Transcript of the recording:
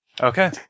Okay